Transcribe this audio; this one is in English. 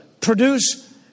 produce